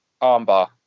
armbar